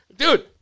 Dude